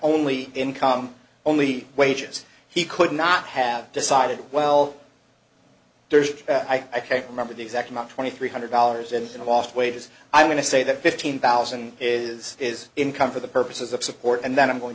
only income only wages he could not have decided well there's i can't remember the exact not twenty three hundred dollars and lost wages i'm going to say that fifteen thousand is is income for the purposes of support and then i'm going